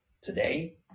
Today